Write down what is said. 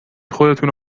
خودتونو